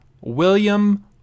William